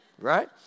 Right